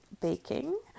baking